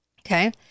Okay